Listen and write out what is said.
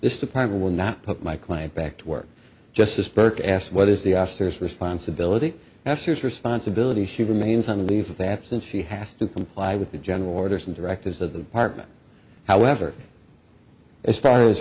this department will not put my client back to work just as burke asked what is the officer's responsibility that's his responsibility she remains on leave that since she has to comply with the general orders and directives of the apartment however as far as